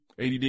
ADD